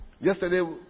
Yesterday